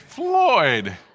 Floyd